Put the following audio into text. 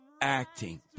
Acting